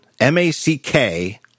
M-A-C-K—